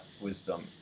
wisdom